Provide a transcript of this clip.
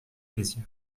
plaisir